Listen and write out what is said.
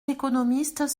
économistes